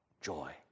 joy